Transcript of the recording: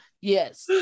Yes